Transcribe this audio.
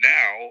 now